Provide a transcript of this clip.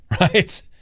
right